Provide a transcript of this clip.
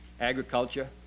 agriculture